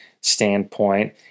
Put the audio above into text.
standpoint